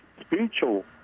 spiritual